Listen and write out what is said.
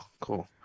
cool